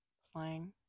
slang